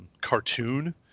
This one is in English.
cartoon